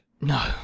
No